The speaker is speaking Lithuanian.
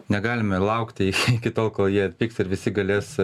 negalime laukti chiki to kol jie atpigs ir visi galės